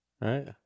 Right